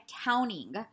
accounting